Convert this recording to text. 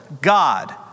God